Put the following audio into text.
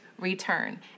return